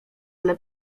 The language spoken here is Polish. dla